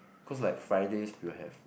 cause like Fridays we will have